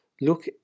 look